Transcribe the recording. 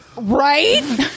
right